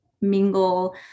mingle